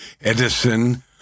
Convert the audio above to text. Edison